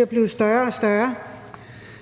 er blevet større og større.